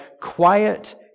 quiet